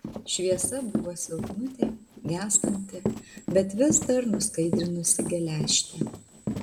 šviesa buvo silpnutė gęstanti bet vis dar nuskaidrinusi geležtę